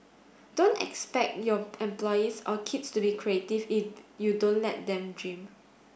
don't expect your employees or kids to be creative if you don't let them dream